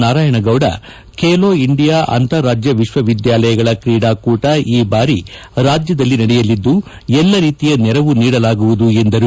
ನಾರಾಯಣ ಗೌಡ ಬೇಲೋ ಇಂಡಿಯಾ ಅಂತಾರಾಜ್ಯ ವಿಶ್ವ ವಿದ್ಯಾಲಯಗಳ ಕ್ರೀಡಾಕೂಟ ಈ ಬಾರಿ ರಾಜ್ಯದಲ್ಲಿ ನಡೆಯಲಿದ್ದು ಎಲ್ಲ ರೀತಿಯ ನೆರವು ನೀಡಲಾಗುವುದು ಎಂದರು